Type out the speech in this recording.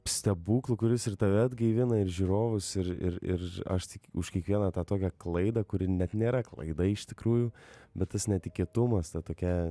stebuklu kuris ir tave atgaivina ir žiūrovus ir ir ir aš tik už kiekvieną tą tokią klaidą kuri net nėra klaida iš tikrųjų bet tas netikėtumas ta tokia